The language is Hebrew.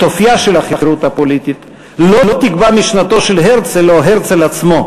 את אופייה של החירות הפוליטית לא יקבעו משנתו של הרצל או הרצל עצמו,